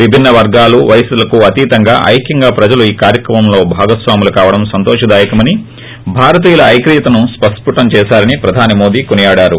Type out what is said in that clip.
విభిన్న వర్గాలు వయసులకు అతీతంగా ఐక్వంగా ప్రజలు ఈ కార్యక్రమంలో భాగస్వాములు కావడం సంతోషదాయకమని భారతీయుల ఐక్యతను ప్రస్పుటం చేశారని ప్రధాని మోదీ కొనియాడారు